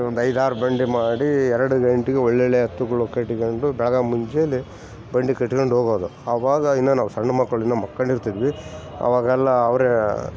ಒಂದು ಐದು ಆರು ಬಂಡಿ ಮಾಡಿ ಎರಡು ಗಂಟೆಗ್ ಒಳ್ಳೊಳ್ಳೆ ಎತ್ತುಗಳು ಕಟ್ಟಿಕ್ಯಾಂಡು ಬೆಳಗ್ಗೆ ಮುಂಚೇಲಿ ಬಂಡಿ ಕಟಿಕೊಂಡ್ ಹೋಗೋದು ಅವಾಗ ಇನ್ನು ನಾವು ಸಣ್ಣ ಮಕ್ಕಳು ಇನ್ನು ಮಕ್ಕಂಡಿರ್ತಿದ್ವಿ ಅವಾಗೆಲ್ಲ ಅವರೇ